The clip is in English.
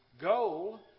goal